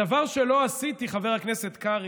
הדבר שלא עשיתי, חבר הכנסת קרעי,